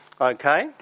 okay